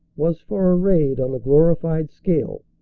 was for a raid on a glori fied scale,